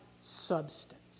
substance